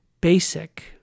basic